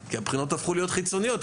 כי הבחינות הפכו להיות חיצוניות.